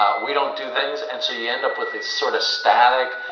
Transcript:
um we don't do things. and so you end up with this sort of static,